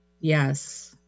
yes